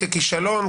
ככישלון?